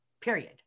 Period